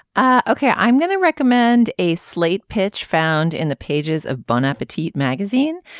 ah okay i'm going to recommend a slate pitch found in the pages of bon appetit magazine.